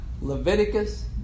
Leviticus